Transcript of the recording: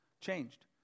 changed